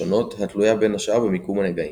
שונות התלויה בין השאר במיקום הנגעים.